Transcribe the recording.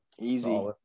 Easy